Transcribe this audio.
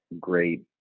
great